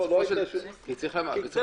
לא מתן ואני